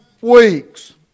weeks